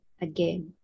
again